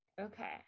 Okay